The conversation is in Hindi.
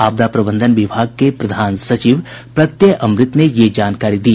आपदा प्रबंधन विभाग के प्रधान सचिव प्रत्यय अमृत ने यह जानकारी दी